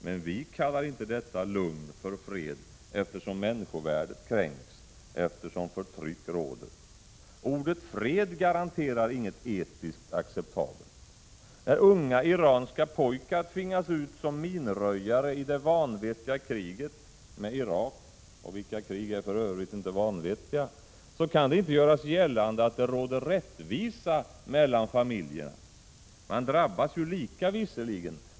Men vi kallar inte detta lugn för fred eftersom människovärdet kränks, eftersom förtryck råder. Ordet fred garanterar inget etiskt acceptabelt. När unga iranska pojkar tvingas ut som minröjare i det vanvettiga kriget med Irak — och vilka krig är inte vanvettiga — kan det inte göras gällande att det råder rättvisa mellan familjer. Man drabbas ju lika.